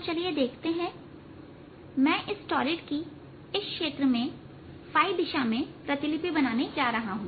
तो चलिए देखते हैं मैं इस टॉरिड की इस B क्षेत्र में दिशा में प्रतिलिपि बनाने जा रहा हूं